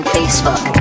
Facebook